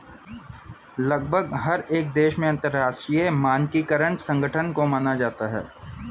लगभग हर एक देश में अंतरराष्ट्रीय मानकीकरण संगठन को माना जाता है